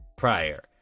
prior